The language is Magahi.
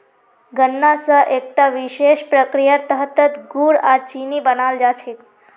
गन्ना स एकता विशेष प्रक्रियार तहतत गुड़ आर चीनी बनाल जा छेक